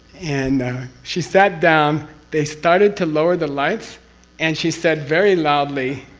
and she sat down they started to lower the lights and she said very loudly,